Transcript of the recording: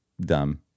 dumb